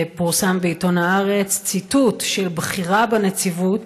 פורסם בעיתון הארץ ציטוט של בכירה בנציבות